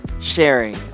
sharing